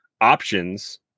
options